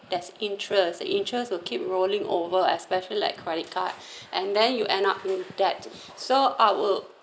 there's interest the interest will keep rolling over especially like credit card and then you end up with that so I will